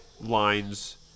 lines